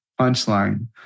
punchline